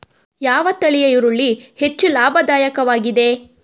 ಯಾವ ತಳಿಯ ಈರುಳ್ಳಿ ಹೆಚ್ಚು ಲಾಭದಾಯಕವಾಗಿದೆ?